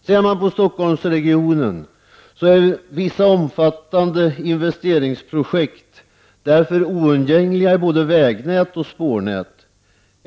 Ser man på Stockholmsregionen finner man att vissa omfattande investeringsobjekt därför är oundgängliga i både vägnätet och spårnätet.